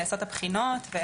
נעשות הבחינות.